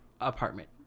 apartment